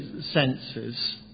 senses